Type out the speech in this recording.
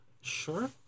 sure